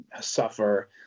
suffer